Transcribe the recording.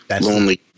lonely